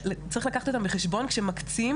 צריך לקחת אותם בחשבון כשמקצים,